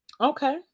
Okay